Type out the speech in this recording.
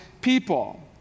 people